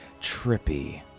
Trippy